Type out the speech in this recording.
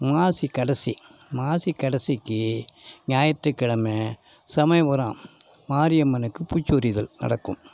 மாசி கடைசி மாசி கடைசிக்கு ஞாயிற்றுக்கிழம சமயபுரம் மாரியம்மனுக்கு பூச்சி உரிதல் நடக்கும்